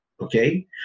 okay